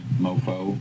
mofo